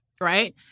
right